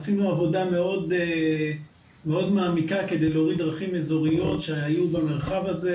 עשינו עבודה מאוד מעמיקה כדי להוריד דרכים אזוריות שהיו במרחב הזה.